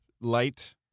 light